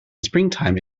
springtime